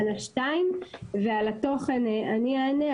על השתיים ועל התוכן אני אענה.